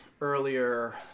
earlier